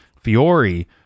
Fiore